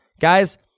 Guys